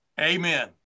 Amen